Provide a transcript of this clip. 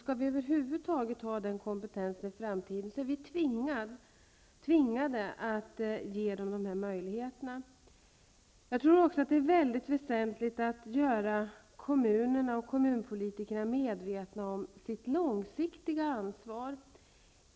Skall vi över huvud taget ha den kompetensen i framtiden är vi tvingade att ge eleverna denna möjlighet. Det är också mycket väsentligt att göra kommunerna och kommunpolitikerna medvetna om sitt långsiktiga ansvar.